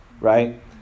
Right